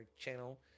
channel